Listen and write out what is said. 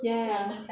ya